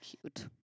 Cute